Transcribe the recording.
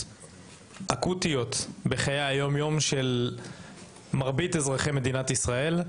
סוגיות אקוטיות בחיי היומיום של מרבית אזרחי מדינת ישראל.